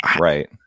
Right